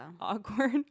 awkward